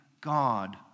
God